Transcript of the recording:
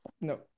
No